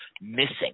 missing